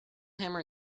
hammer